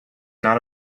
not